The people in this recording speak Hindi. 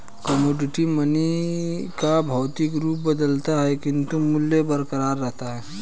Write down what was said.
कमोडिटी मनी का भौतिक रूप बदलता है किंतु मूल्य बरकरार रहता है